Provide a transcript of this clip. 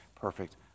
perfect